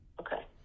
okay